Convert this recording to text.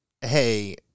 hey